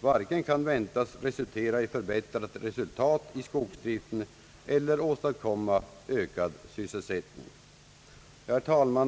varken kan väntas resultera i förbättrat resultat i skogsdriften eller åstadkomma en ökad sysselsättning. Herr talman!